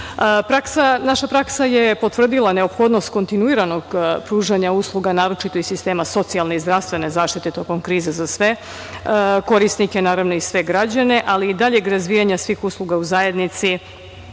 drugih. Naša praksa je potvrdila neophodnost kontinuiranog pružanja usluga, naročito iz sistema socijalne i zdravstvene zaštite tokom krize za sve korisnike, naravno i sve građane, ali i daljeg razvijanja svih usluga u zajednici